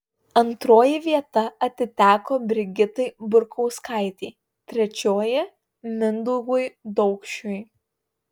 antroji vieta atiteko brigitai burkauskaitei trečioji mindaugui daukšiui